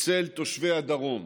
אצל תושבי הדרום.